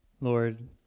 Lord